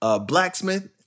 Blacksmith